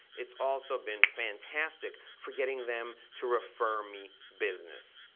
it's also been fantastic for getting them to refer me business.